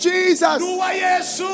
Jesus